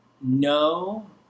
No